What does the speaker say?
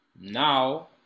Now